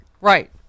Right